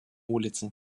улицы